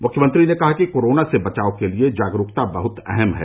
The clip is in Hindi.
मुख्यमंत्री ने कहा कि कोरोना से बचाव के लिये जागरूकता बहुत अहम है